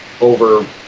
over